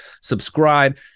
subscribe